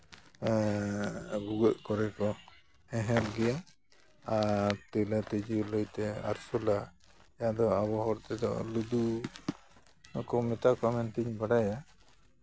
ᱵᱷᱩᱜᱟᱹᱜ ᱠᱚᱨᱮ ᱠᱚ ᱛᱮᱦᱮᱱ ᱜᱮᱭᱟ ᱟᱨ ᱛᱤᱞᱟᱹ ᱛᱤᱡᱩ ᱞᱟᱹᱭᱛᱮ ᱟᱨᱥᱳᱞᱟ ᱟᱫᱚ ᱟᱵᱚ ᱦᱚᱲ ᱛᱮᱫᱚ ᱞᱩᱫᱩ ᱦᱚᱸᱠᱚ ᱢᱮᱛᱟ ᱠᱚᱣᱟ ᱢᱮᱱᱛᱤᱧ ᱵᱟᱰᱟᱭᱟ